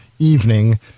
evening